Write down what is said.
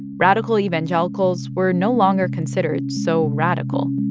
radical evangelicals were no longer considered so radical